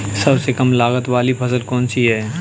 सबसे कम लागत वाली फसल कौन सी है?